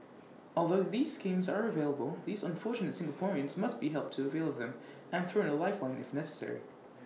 although this schemes are available these unfortunate Singaporeans must be helped to avail of them and thrown A life phone if necessary